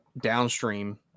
downstream